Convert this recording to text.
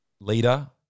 leader